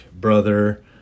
brother